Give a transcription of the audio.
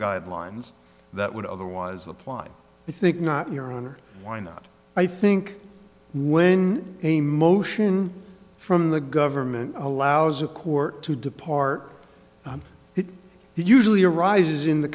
guidelines that would otherwise apply i think not your honor why not i think when a motion from the government allows a court to depart it usually arises in the